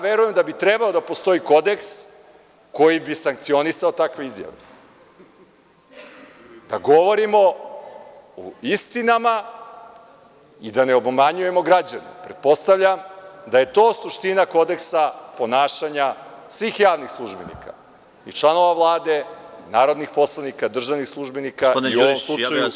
Verujem da bi trebao da postoji kodeks koji bi sankcionisao takve izjave, da govorimo o istinama i da ne obmanjujemo građane, pretpostavljam da je to suština ponašanja svih javnih službenika i članova Vlade i narodnih poslanika i državnih službenika i u ovom slučaju policijskih službenika.